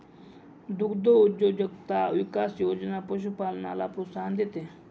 दुग्धउद्योजकता विकास योजना पशुपालनाला प्रोत्साहन देते